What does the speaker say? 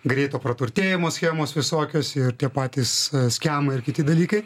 greito praturtėjimo schemos visokios ir tie patys skemo ir kiti dalykai